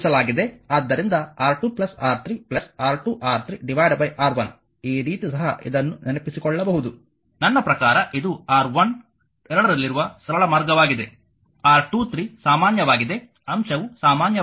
ಆದ್ದರಿಂದ R2 R3 R2R3 R1 ಈ ರೀತಿ ಸಹ ಇದನ್ನು ನೆನಪಿಸಿಕೊಳ್ಳಬಹುದು ನನ್ನ ಪ್ರಕಾರ ಇದು R1 ಎರಡರಲ್ಲಿ ಇರುವ ಸರಳ ಮಾರ್ಗವಾಗಿದೆ R2R3 ಸಾಮಾನ್ಯವಾಗಿದೆ ಅಂಶವು ಸಾಮಾನ್ಯವಾಗಿದೆ